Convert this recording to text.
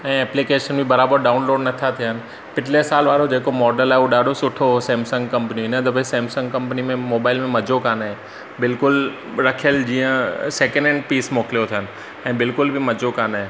ऐं ऐप्लिकेशन बि बराबरि डाउनलोड नथा थियनि पिछले सालु वारो जेको मॉडल आहे उहो ॾाढो सुठो हुओ सैमसंग कंपनी इन दफ़े सैमसंग कंपनी में मोबाइल में मज़ो कान्हे बिल्कुलु रखियल जीअं सैकिंड हैंड पीस मोकिलियो अथनि ऐं बिल्कुलु बि मज़ो कान्हे